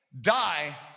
die